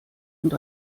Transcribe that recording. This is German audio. und